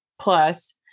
plus